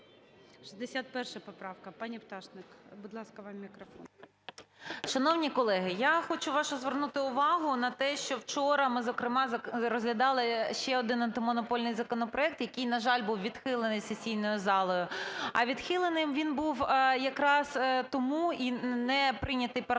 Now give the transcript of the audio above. Шановні колеги, я хочу вашу звернути увагу на те, що вчора ми зокрема, розглядали ще один антимонопольний законопроект, який, на жаль, був відхилений сесійною залою. А відхиленим він був якраз тому і неприйнятий парламентом,